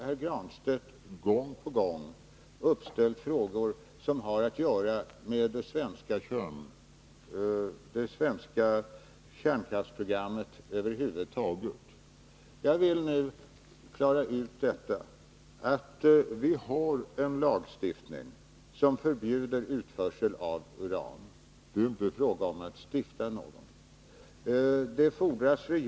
Herr Granstedt ställer gång på gång frågor som har att göra med det svenska kärnkraftsprogrammet över huvud taget. Jag vill nu klara ut att vi har en lagstiftning som förbjuder utförsel av uran. Det är inte fråga om att stifta någon lag på detta område.